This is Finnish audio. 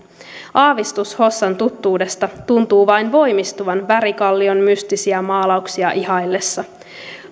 aavistus hossan tuttuudesta tuntuu vain voimistuvan värikallion mystisiä maalauksia ihaillessa